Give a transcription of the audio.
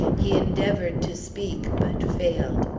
he endeavored to speak, but failed.